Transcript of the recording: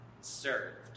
served